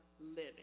living